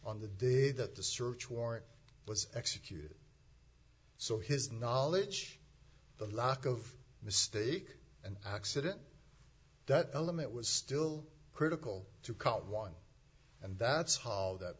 on the day that the search warrant was executed so his knowledge the lack of mistake and accident that element was still critical to count one and that